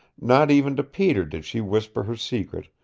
not even to peter did she whisper her secret,